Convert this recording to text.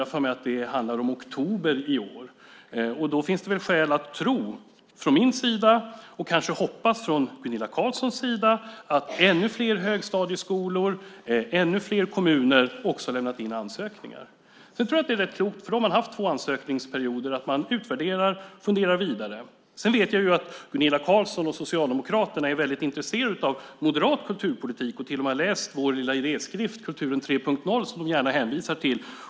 Jag har för mig att det handlar om oktober i år. Därmed finns det väl skäl att, från min sida, tro och att kanske, från Gunilla Carlssons sida, hoppas att ännu fler högstadieskolor och ännu fler kommuner lämnat in ansökningar. Jag tror att det är rätt klokt att när det varit två ansökningsperioder utvärdera och fundera vidare. Jag vet att Gunilla Carlsson och Socialdemokraterna är väldigt intresserade av moderat kulturpolitik och till och med har läst vår lilla idéskrift Kulturen 3.0 som de gärna hänvisar till.